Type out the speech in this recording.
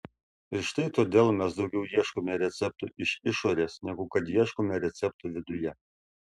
ir štai todėl mes daugiau ieškome receptų iš išorės negu kad ieškome receptų viduje